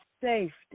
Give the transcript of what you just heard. safety